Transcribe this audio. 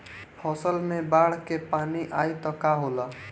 फसल मे बाढ़ के पानी आई त का होला?